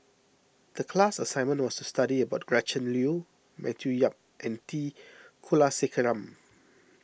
the class assignment was to study about Gretchen Liu Matthew Yap and T Kulasekaram